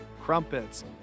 crumpets